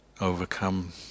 overcome